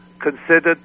considered